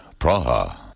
Praha